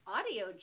Audio